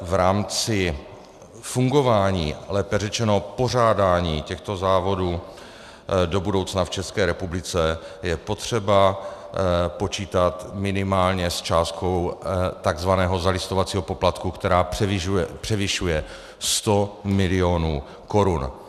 V rámci fungování, lépe řečeno pořádání těchto závodů, do budoucna v České republice je potřeba počítat minimálně s částkou takzvaného zalistovacího poplatku, která převyšuje 100 mil. korun.